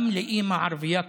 גם לאימא ערבייה כואב,